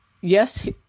Yes